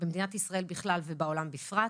במדינת ישראל בפרט ובעולם בכלל.